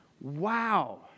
Wow